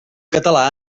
català